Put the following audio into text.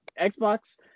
Xbox